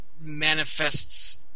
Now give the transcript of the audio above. manifests